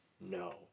no